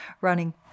running